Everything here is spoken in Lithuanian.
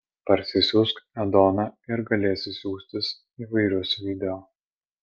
parsisiųsk edoną ir galėsi siųstis įvairius video